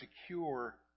secure